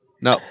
No